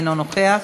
אינו נוכח,